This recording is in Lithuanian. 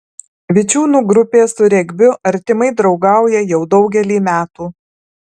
vičiūnų grupė su regbiu artimai draugauja jau daugelį metų